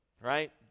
right